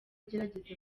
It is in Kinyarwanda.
agerageza